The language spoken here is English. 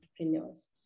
entrepreneurs